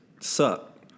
suck